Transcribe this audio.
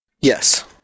Yes